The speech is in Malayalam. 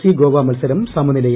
സി ഗോവ മത്സരം സമനിലയിൽ